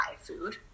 food